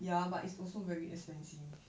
ya but it's also very expensive